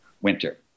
winter